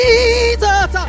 Jesus